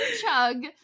chug